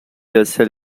yourself